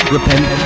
Repent